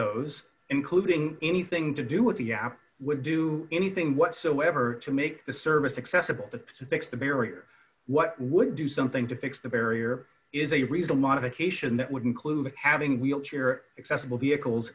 those including anything to do with the app would do anything whatsoever to make the service accessible but to fix the barrier what would do something to fix the barrier is a reason modification that would include having wheelchair accessible vehicles